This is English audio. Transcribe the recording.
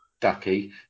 Ducky